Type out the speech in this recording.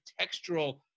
textural